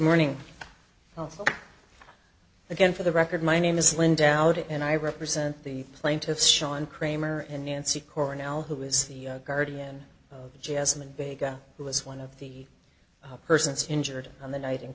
morning again for the record my name is linda out and i represent the plaintiffs shawn kramer and nancy cornell who is the guardian jasmine bega who was one of the persons injured on the night in